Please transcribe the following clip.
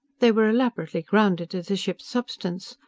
they were elaborately grounded to the ship's substance.